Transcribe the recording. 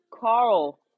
Carl